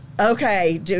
Okay